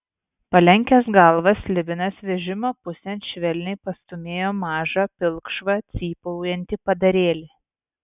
palenkęs galvą slibinas vežimo pusėn švelniai pastūmėjo mažą pilkšvą cypaujantį padarėlį